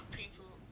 people